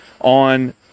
on